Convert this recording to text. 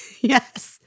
Yes